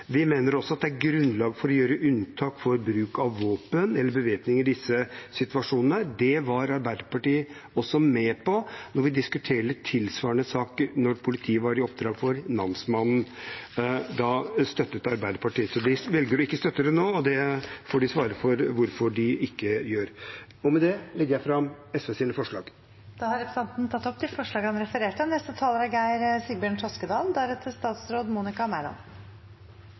Vi mener også at det er grunnlag for å gjøre unntak for bruk av våpen – eller bevæpning – i disse situasjonene. Det var Arbeiderpartiet også med på da vi diskuterte tilsvarende saker da politiet var i oppdrag for namsmannen. Da støttet Arbeiderpartiet det. De velger å ikke støtte det nå, det får de svare for hvorfor de ikke gjør. Med det legger jeg fram SVs forslag. Da har representanten Petter Eide tatt opp forslagene han refererte til. Selv om de fleste innbyggerne i Norge lever trygge og gode liv, er